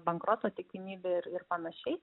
bankroto tikimybė ir panašiai